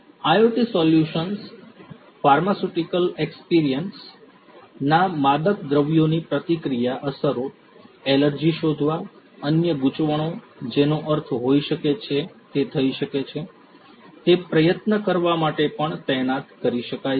IoT solutions pharmaceutical excipients બાહ્ય ના માદક દ્રવ્યોની પ્રતિક્રિયા અસરો એલર્જી શોધવા અન્ય ગૂંચવણો જેનો અર્થ હોઈ શકે છે તે થઈ શકે છે તે પ્રયત્ન કરવા માટે પણ તૈનાત કરી શકાય છે